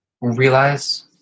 realize